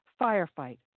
firefight